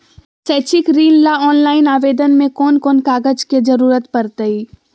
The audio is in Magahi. शैक्षिक ऋण ला ऑनलाइन आवेदन में कौन कौन कागज के ज़रूरत पड़तई?